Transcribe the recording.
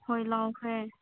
ꯍꯣꯏ ꯂꯧꯈ꯭ꯔꯦ